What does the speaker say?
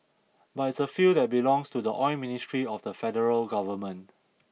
but it's a field that belongs to the oil ministry of the federal government